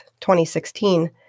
2016